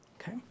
Okay